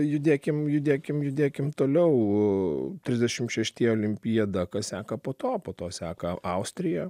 judėkim judėkim judėkim toliau trisdešimt šešti olimpiada kas seka po to po to seka austrija